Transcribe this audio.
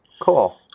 Cool